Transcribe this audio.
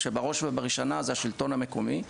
כשבראש ובראשונה זה השלטון המקומי.